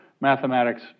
mathematics